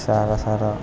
સારા સારા